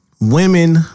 women